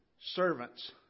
servants